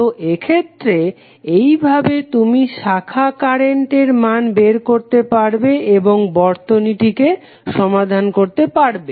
তো এক্ষেত্রে এইভাবে তুমি শাখা কারেন্টের মান বের করতে পারবে এবং বর্তনীটিকে সমাধান করতে পারবে